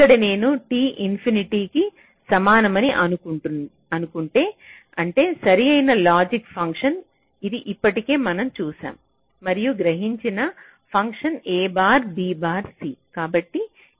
ఇక్కడ నేను t infinity కి సమానమని అనుకుంటే అంటే సరైన లాజిక్ ఫంక్షన్ ఇది ఇప్పటికే మనం చూశాము మరియు గ్రహించిన function a bar b bar c